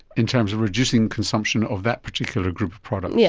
in terms of reducing consumption of that particular group of products. yeah